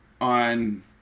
on